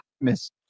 Miss